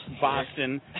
Boston